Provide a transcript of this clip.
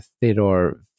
Theodore